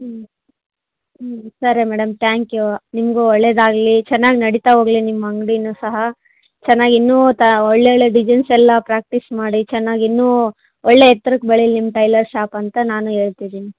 ಹ್ಞೂ ಹ್ಞೂ ಸರಿ ಮೇಡಮ್ ತ್ಯಾಂಕ್ ಯು ನಿಮಗೂ ಒಳ್ಳೇದು ಆಗಲಿ ಚೆನ್ನಾಗಿ ನಡೀತ ಹೋಗ್ಲಿ ನಿಮ್ಮ ಅಂಗ್ಡಿಯೂ ಸಹ ಚೆನ್ನಾಗಿ ಇನ್ನೂ ತಾ ಒಳ್ಳೆಯ ಒಳ್ಳೆಯ ಡಿಸೈನ್ಸ್ ಎಲ್ಲ ಪ್ರಾಕ್ಟೀಸ್ ಮಾಡಿ ಚೆನ್ನಾಗಿ ಇನ್ನೂ ಒಳ್ಳೆಯ ಎತ್ರಕ್ಕೆ ಬೆಳೀಲಿ ನಿಮ್ಮ ಟೈಲರ್ ಷಾಪ್ ಅಂತ ನಾನು ಹೇಳ್ತಿದೀನಿ